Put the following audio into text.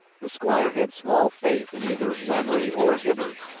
the squire had small faith in either lamoury or hibbard.